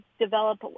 develop